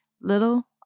little